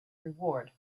reward